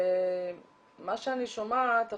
ומה שאני שומעת עכשיו,